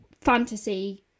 fantasy